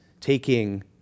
taking